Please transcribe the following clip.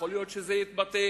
יכול להיות שזה יתבטא